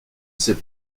s’est